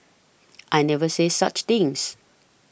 I never said such things